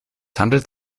handelt